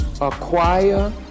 acquire